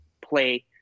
play